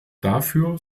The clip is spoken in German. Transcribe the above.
dafür